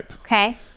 okay